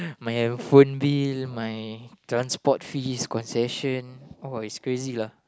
my hand phone bill my transport fees concession oh it's crazy lah